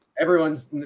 Everyone's